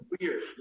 weird